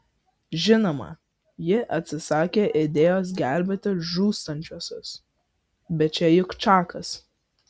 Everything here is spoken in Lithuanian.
žinoma ji atsisakė idėjos gelbėti žūstančiuosius bet čia juk čakas